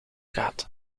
gehad